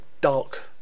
dark